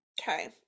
Okay